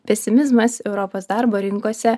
pesimizmas europos darbo rinkose